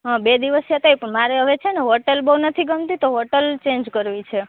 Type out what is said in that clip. હં બે દિવસ થયા તા પણ મારે હવે છે ને હોટલ બહુ નથી ગમતી તો હોટલ ચેન્જ કરવી છે